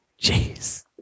Jeez